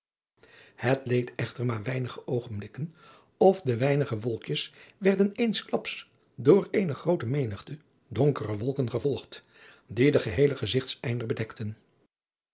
het leed echter maar weinige oogenblikken of de weinige wolkjes werden eensklaps door eene groote menigte donkere wolken gevolgd die den geheelen gezigteinder bedekten